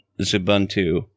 Zubuntu